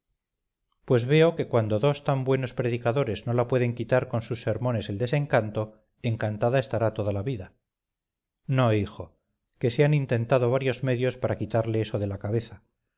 pues veo que cuando dos tan buenos predicadores no la pueden quitar con sus sermones el desencanto encantada estará toda la vida no hijo que se han intentado varios medios para quitarle eso de la cabeza